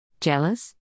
Jealous